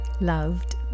Loved